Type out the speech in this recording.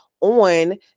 on